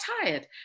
tired